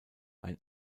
ein